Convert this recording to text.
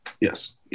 Yes